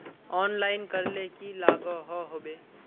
Online करले की लागोहो होबे?